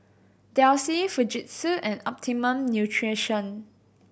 Delsey Fujitsu and Optimum Nutrition